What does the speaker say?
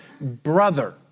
brother